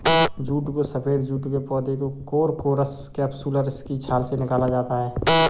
jute को सफेद jute के पौधे कोरकोरस कैप्सुलरिस की छाल से निकाला जाता है